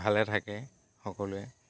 ভালে থাকে সকলোৱে